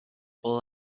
will